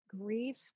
grief